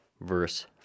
verse